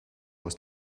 aus